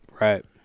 Right